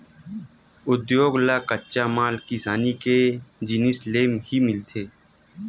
उद्योग ल कच्चा माल किसानी के जिनिस ले ही मिलथे